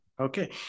Okay